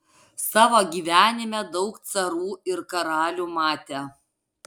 savo gyvenime daug carų ir karalių matė